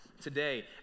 today